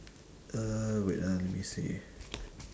uh wait ah let me see